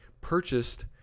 purchased